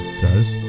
guys